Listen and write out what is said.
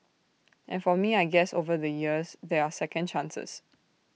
and for me I guess over the years there are second chances